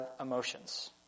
emotions